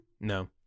No